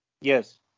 Yes